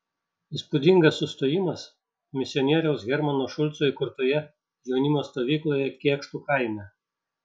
įspūdingas sustojimas misionieriaus hermano šulco įkurtoje jaunimo stovykloje kėkštų kaime